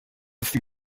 fut